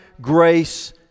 grace